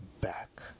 back